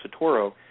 Satoro